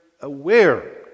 aware